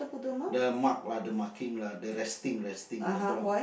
the mark lah the marking lah the resting resting the br~